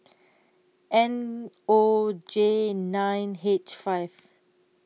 N O J nine H five